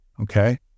okay